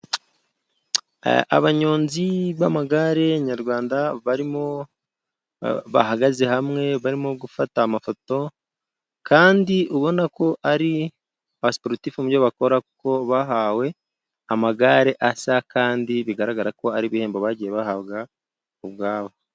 Abanyonzi b'amagare nyarwanda, barimo bahagaze hamwe barimo gufata amafoto, kandi ubona ko ari aba sportif mu byo bakora, kuko bahawe amagare asa, kandi bigaragara ko ari ibihembo, bagiye bahabwa ubwabo.